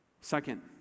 Second